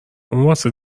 واسه